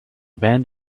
band